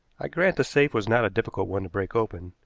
i grant the safe was not a difficult one to break open,